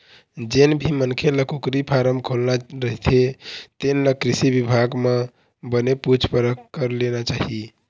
जेन भी मनखे ल कुकरी फारम खोलना रहिथे तेन ल कृषि बिभाग म बने पूछ परख कर लेना चाही